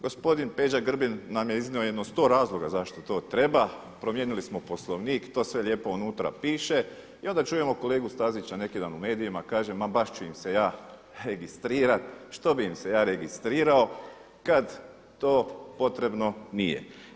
Gospodin Peđa Grbin nam je iznio jedno 100 razloga zašto to treba, promijenili smo Poslovnik i to sve lijepo unutra piše i onda čujemo kolegu Stazića neki dan u medijima kaže ma baš ću im se ja registrirat, što bi im se ja registrirao kad to potrebno nije.